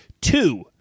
Two